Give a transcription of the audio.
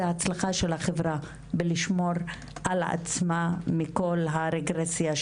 אלא של החברה לשמור על עצמה מכל הרגרסיה,